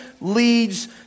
leads